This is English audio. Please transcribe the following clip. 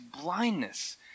blindness